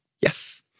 yes